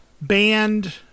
band